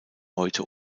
heute